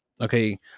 okay